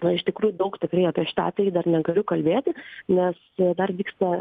na iš tikrųjų daug tikrai apie šitą atvejį dar negaliu kalbėti nes dar vyksta